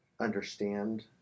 Understand